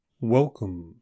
Welcome